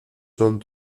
son